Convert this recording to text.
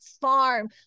farm